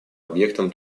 объектом